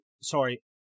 Sorry